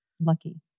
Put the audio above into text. Lucky